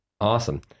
Awesome